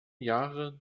jahre